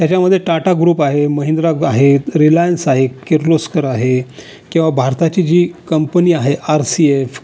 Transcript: त्याच्यामध्ये टाटा ग्रुप आहे महिंद्रा ग् आहेत रिलायंस आहे किर्लोस्कर आहे किंवा भारताची जी कंपनी आहे आर सी एफ